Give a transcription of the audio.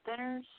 thinners